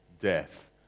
death